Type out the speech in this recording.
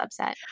subset